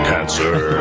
Cancer